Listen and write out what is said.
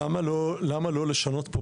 למה לא לשנות פה?